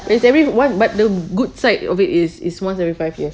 it's everyone what but the good side of it is is once every five years